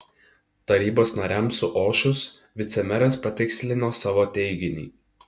tarybos nariams suošus vicemeras patikslino savo teiginį